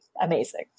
amazing